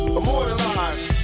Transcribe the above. immortalized